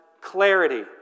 clarity